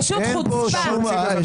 פשוט חוצפה.